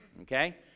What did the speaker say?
okay